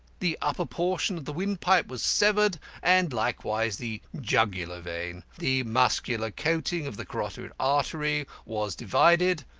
the upper portion of the windpipe was severed, and likewise the jugular vein. the muscular coating of the carotid artery was divided.